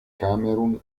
camerun